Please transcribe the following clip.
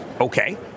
Okay